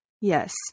Yes